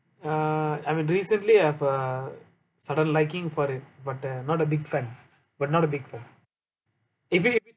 uh I mean recently I've a sudden liking for it but uh not a big fan but not a big fan if it's